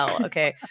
Okay